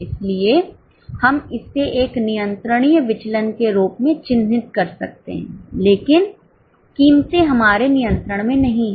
इसलिए हम इसे एक नियंत्रणीय विचलन के रूप में चिह्नित कर सकते हैं लेकिन कीमतें हमारे नियंत्रण में नहीं हैं